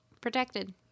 Protected